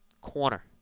Corner